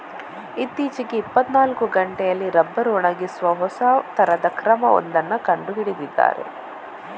ಇತ್ತೀಚೆಗೆ ಇಪ್ಪತ್ತನಾಲ್ಕು ಗಂಟೆಯಲ್ಲಿ ರಬ್ಬರ್ ಒಣಗಿಸುವ ಹೊಸ ತರದ ಕ್ರಮ ಒಂದನ್ನ ಕಂಡು ಹಿಡಿದಿದ್ದಾರೆ